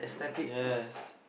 yes